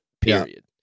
period